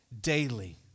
Daily